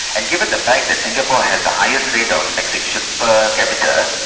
and given the fact that singapore has the highest rate of execution per capita,